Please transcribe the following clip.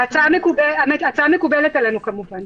ההצעה מקובלת עלינו כמובן.